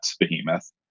behemoth